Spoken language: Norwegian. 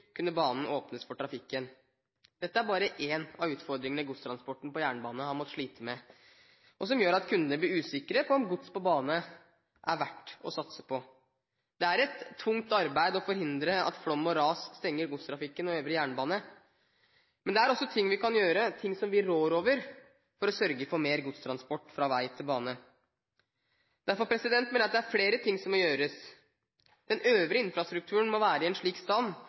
kunne banen åpnes for trafikk igjen. Dette er bare én av utfordringene godstransporten på jernbane har måttet slite med, og som gjør at kundene blir usikre på om gods på bane er verdt å satse på. Det er et tungt arbeid å forhindre at flom og ras stenger godstrafikken og øvrig jernbane. Men det er også ting vi kan gjøre – ting som vi rår over – for å sørge for mer godstransport fra vei til bane. Derfor mener jeg at det er flere ting som må gjøres. Den øvrige infrastrukturen må være i en slik stand